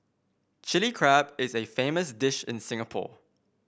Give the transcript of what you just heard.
Chilli Crab is a famous dish in Singapore